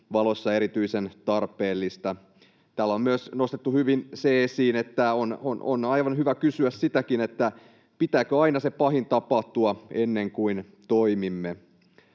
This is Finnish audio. valossa erityisen tarpeellista. Täällä on myös nostettu hyvin se esiin, että on aivan hyvä kysyä sitäkin, pitääkö aina se pahin tapahtua, ennen kuin toimimme.